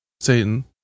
Satan